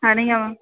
சரிங்க மேம்